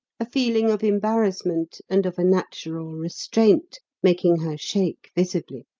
a feeling of embarrassment and of a natural restraint making her shake visibly.